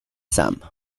some